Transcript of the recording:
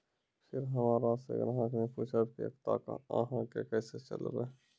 फिर हमारा से ग्राहक ने पुछेब की एकता अहाँ के केसे चलबै?